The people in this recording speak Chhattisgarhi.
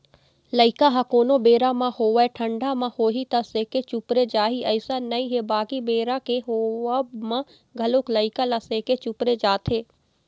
लइका ह कोनो बेरा म होवय ठंडा म होही त सेके चुपरे जाही अइसन नइ हे बाकी बेरा के होवब म घलोक लइका ल सेके चुपरे जाथे